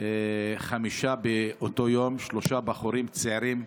חמישה באותו יום: שלושה בחורים צעירים.